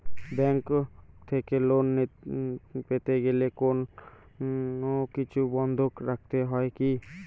Bank থেকে loan পেতে গেলে কোনো কিছু বন্ধক রাখতে হয় কি?